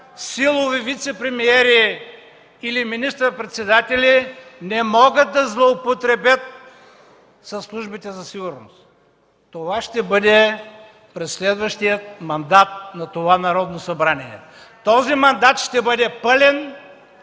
силови вицепремиери или министър-председатели не могат да злоупотребят със службите за сигурност. Това ще бъде през следващия мандат на това Народно събрание! Този мандат ще бъде пълен